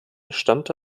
stammte